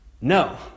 no